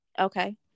Okay